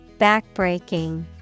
Backbreaking